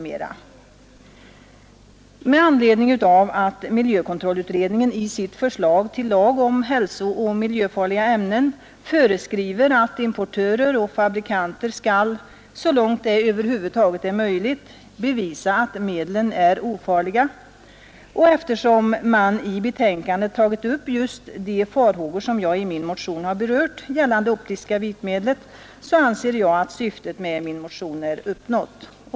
Med anledning av att miljökontrollutredningen i sitt förslag till lag om hälsooch miljöfarliga ämnen föreskriver att importörer och fabrikanter skall — så långt det över huvud taget är möjligt — bevisa att medlen är ofarliga och eftersom man i betänkandet tagit upp just de farhågor som jag i min motion berört gällande optiska vitmedel, anser jag att syftet med min motion är uppnått.